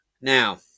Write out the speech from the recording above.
Now